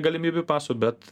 ir galimybių paso bet